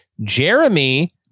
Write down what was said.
Jeremy